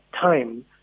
time